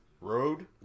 road